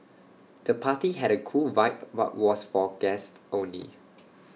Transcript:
the party had A cool vibe but was for guests only